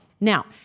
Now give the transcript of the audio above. Now